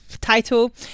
title